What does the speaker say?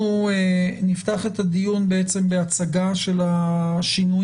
אנחנו נפתח את הדיון בעצם בהצגה של השינויים,